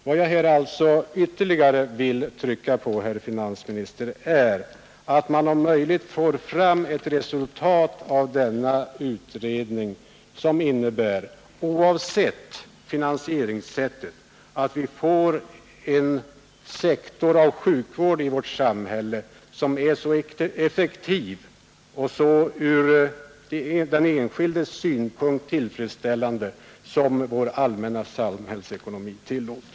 Vad jag här alltså ytterligare vill trycka på, herr finansminister, är angelägenheten av att utredningen leder till ett resultat som innebär, oavsett finansieringssättet, att vi får en sjukvård som är så effektiv och ur den enskildes synpunkt så tillfredsställande som vår allmänna samhällsekonomi tillåter.